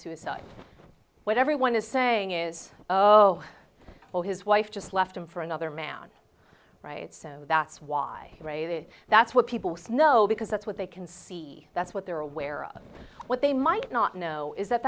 suicide what everyone is saying is well his wife just left him for another man right so that's why ray that that's what people snow because that's what they can see that's what they're aware of what they might not know is that